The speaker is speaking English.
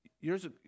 Years